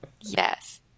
yes